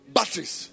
Batteries